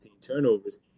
turnovers